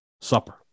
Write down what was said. supper